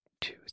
Two